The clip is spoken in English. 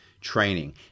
training